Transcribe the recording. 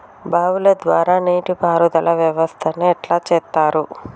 బావుల ద్వారా నీటి పారుదల వ్యవస్థ ఎట్లా చేత్తరు?